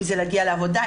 אם זה להגיע לעבודה,